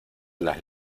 las